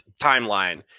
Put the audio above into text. timeline